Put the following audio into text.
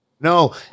No